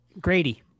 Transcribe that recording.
Grady